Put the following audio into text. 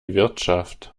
wirtschaft